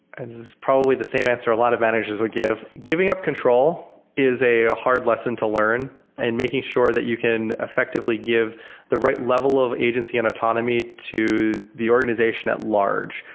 and is probably the same answer a lot of managers would give. giving up control is a a hard lesson to learn and making sure that you can effectively give the right level of agency and autonomy to the organization at large,